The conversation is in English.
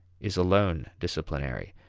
is alone disciplinary.